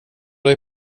dig